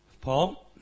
Paul